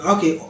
Okay